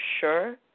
sure